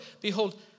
Behold